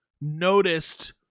noticed